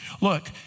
look